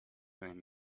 ruin